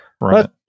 Right